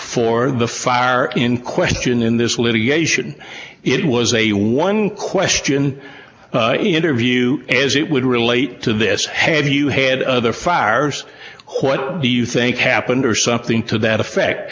for the fire in question in this litigation it was a one question interview as it would relate to this have you had other fires do you think happened or something to that effect